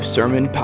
Sermon